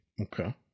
Okay